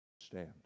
Stand